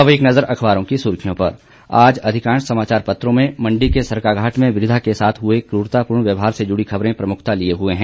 अब एक नज़र अखबारों की सुर्खियों पर आज अधिकांश समाचार पत्रों में मंडी के सरकाघाट में वृद्दा के साथ हुए क्ररतापूर्ण व्यवहार से जुड़ी खबरें प्रमुखता लिए हुए हैं